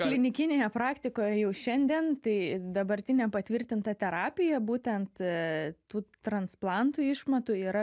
klinikinėje praktikoje jau šiandien tai dabartinė patvirtinta terapija būtent tų transplantų išmatų yra